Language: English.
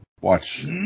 Watch